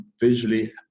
visually